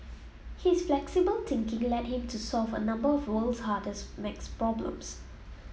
his flexible thinking led him to solve a number of the world's hardest maths problems